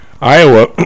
Iowa